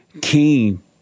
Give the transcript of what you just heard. King